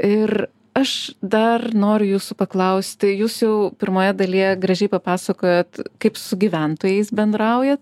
ir aš dar noriu jūsų paklausti jūs jau pirmoje dalyje gražiai papasakojot kaip su gyventojais bendraujat